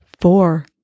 four